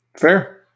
Fair